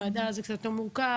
ועדה זה קצת יותר מורכב,